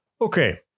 Okay